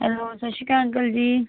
hello Sat Sri Akal uncle ਜੀ